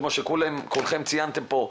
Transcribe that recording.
כמו שכולכם ציינתם פה,